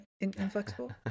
inflexible